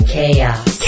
Chaos